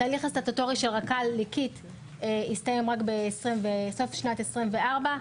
התהליך הסטטוטורי של רק"ל ליקית יסתיים רק בסוף שנת 2024,